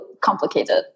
complicated